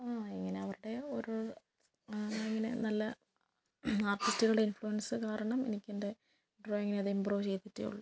ഇങ്ങനെ അവരുടെ ഓരോ ഇങ്ങനെ നല്ല ആർട്ടിസ്റ്റുകളുടെ ഇൻഫ്ലുവൻസ് കാരണം എനിക്കെൻ്റെ ഡ്രോയിങ്ങിനെ അത് ഇമ്പ്രൂവ് ചെയ്തിട്ടേ ഉള്ളൂ